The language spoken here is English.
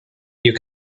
you